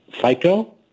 FICO